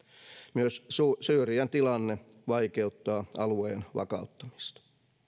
myös syyrian tilanne vaikeuttaa alueen vakauttamista